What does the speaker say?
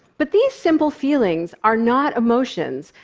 but these simple feelings are not emotions.